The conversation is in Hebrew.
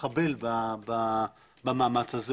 יחבל במאמץ הזה.